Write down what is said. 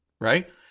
right